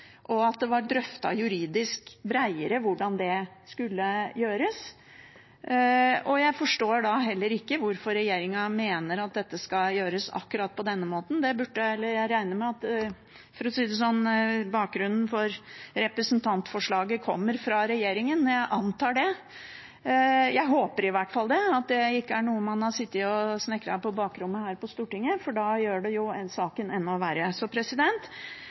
og at det var drøftet juridisk bredere hvordan det skulle gjøres. Jeg forstår heller ikke hvorfor regjeringen mener at dette skal gjøres akkurat på denne måten. Jeg regner med at – for å si det sånn – bakgrunnen for representantforslaget kommer fra regjeringen, jeg antar det. Jeg håper i hvert fall at dette ikke er noe man har sittet og snekret på bakrommet her på Stortinget, for da gjør det jo saken enda verre. Så